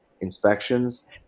Inspections